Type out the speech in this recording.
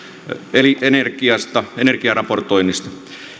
eli energiasta energiaraportoinnista